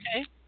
Okay